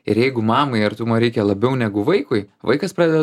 ir jeigu mamai artumo reikia labiau negu vaikui vaikas pradeda